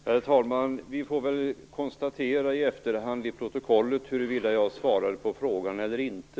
Herr talman! Vi får konstatera i efterhand i protokollet huruvida jag svarade på frågan eller inte.